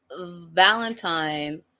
Valentine